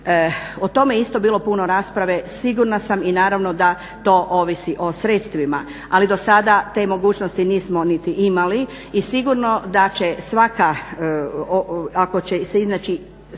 O tome je isto bilo puno rasprave. Sigurna sam i naravno da to ovisi o sredstvima, ali do sada te mogućnosti nismo niti imali i sigurno da će svaka, ako će se iznaći